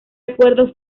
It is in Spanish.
acuerdo